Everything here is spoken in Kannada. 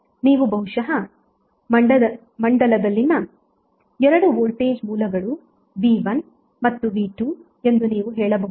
ನೀವು ಬಹುಶಃ ಮಂಡಲದಲ್ಲಿನ 2 ವೋಲ್ಟೇಜ್ ಮೂಲಗಳು V1 ಮತ್ತು V2 ಎಂದು ನೀವು ಹೇಳಬಹುದು